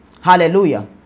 Hallelujah